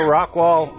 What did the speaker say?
Rockwall